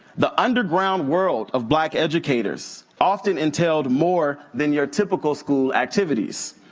the underground world of black educators often entailed more than your typical school activities,